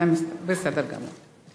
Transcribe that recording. בסדר גמור.